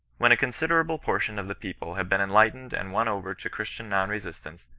when a considerable portion of the people have been enlightened and won over to christian non-resistance,